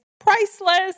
priceless